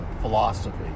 philosophy